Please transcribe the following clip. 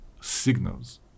signals